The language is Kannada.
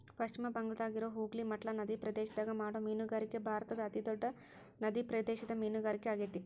ಪಶ್ಚಿಮ ಬಂಗಾಳದಾಗಿರೋ ಹೂಗ್ಲಿ ಮಟ್ಲಾ ನದಿಪ್ರದೇಶದಾಗ ಮಾಡೋ ಮೇನುಗಾರಿಕೆ ಭಾರತದ ಅತಿ ದೊಡ್ಡ ನಡಿಪ್ರದೇಶದ ಮೇನುಗಾರಿಕೆ ಆಗೇತಿ